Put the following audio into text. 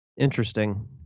Interesting